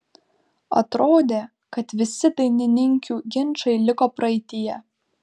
atrodė kad visi dainininkių ginčai liko praeityje